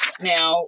Now